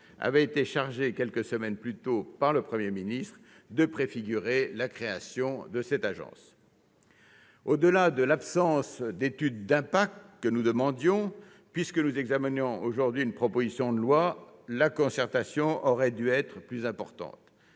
avait été chargé quelques semaines plus tôt par le Premier ministre de préfigurer la création de cette agence. Au-delà de l'absence d'étude d'impact, puisque nous examinons aujourd'hui une proposition de loi, la concertation aurait dû être plus importante.